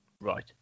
Right